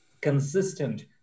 consistent